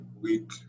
week